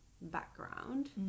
background